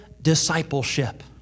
Discipleship